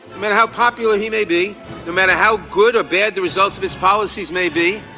mean, how popular he may be no matter how good or bad the results of his policies may be.